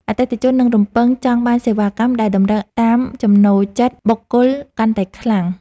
អតិថិជននឹងរំពឹងចង់បានសេវាកម្មដែលតម្រូវតាមចំណូលចិត្តបុគ្គលកាន់តែខ្លាំង។